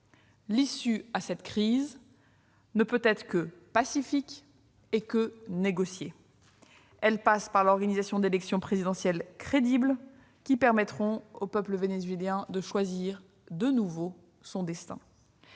L'issue à cette crise ne peut être que pacifique et négociée. Elle passe par l'organisation d'élections présidentielles crédibles qui permettront au peuple vénézuélien de choisir de nouveau son destin.